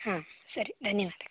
ಹಾಂ ಸರಿ ಧನ್ಯವಾದ